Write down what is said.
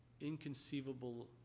inconceivable